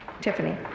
Tiffany